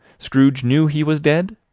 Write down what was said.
scrooge knew he was dead?